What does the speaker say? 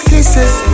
Kisses